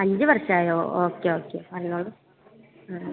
അഞ്ച് വർഷമായോ okay okay പറഞ്ഞോളൂ